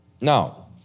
Now